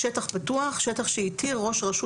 תשנ"ד-1994 (להלן - חוק צער בעלי חיים);